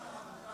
כנסת נכבדה,